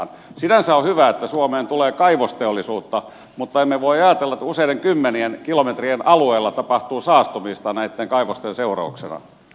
sinänsä on hyvä että suomeen tulee kaivosteollisuutta mutta emme voi ajatella että useiden kymmenien kilometrien alueella tapahtuu saastumista näitten kaivosten seurauksena